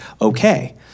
okay